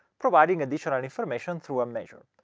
providing additional information through a measure.